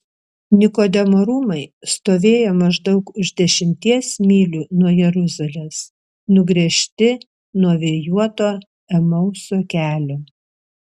nikodemo rūmai stovėjo maždaug už dešimties mylių nuo jeruzalės nugręžti nuo vėjuoto emauso kelio